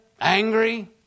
angry